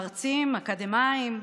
מרצים, אקדמאים.